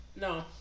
no